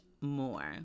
more